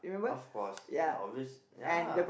of course ya obvious ya